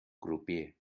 crupier